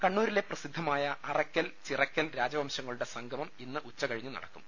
കണ്ണൂരിലെ പ്രസിദ്ധ്മായ് അറക്കൽ ചിറക്കൽ രാജവംശ ങ്ങളുടെ സംഗമഠ ഇന്ന് ഉച്ച കഴിഞ്ഞ് നടക്കും